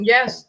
Yes